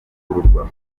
kuvugururwa